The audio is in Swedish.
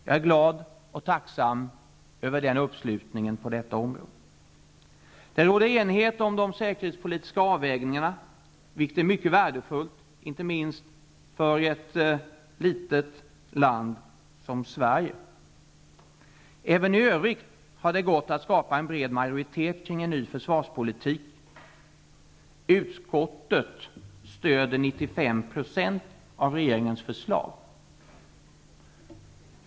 Jag är glad och tacksam över uppslutningen på detta område. Det råder enighet om de säkerhetspolitiska avvägningarna, vilket är mycket värdefullt, inte minst för ett litet land som Sverige. Även i övrigt har det gått att skapa en bred majoritet kring en ny försvarspolitik. Utskottet stöder 95 % av regeringens förslag.